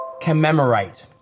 Commemorate